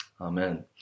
Amen